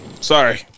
Sorry